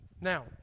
Now